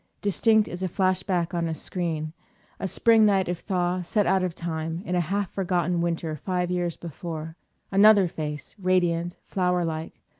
distinct as a flashback on a screen a spring night of thaw set out of time in a half-forgotten winter five years before another face, radiant, flower-like,